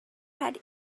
had